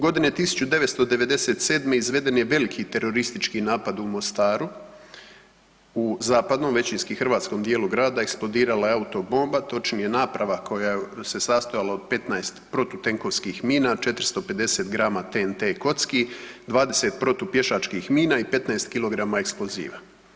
Godine 1997. izveden je veliki teroristički napad u Mostaru, u zapadnom većinski hrvatskom dijelu grada eksplodirala je autobomba točnije naprava koja se sastojala od 15 protutenkovskih mina, 450 grama TNT kocki, 20 protupješačkih mina i 15 kg eksploziva.